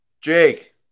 Jake